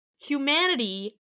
humanity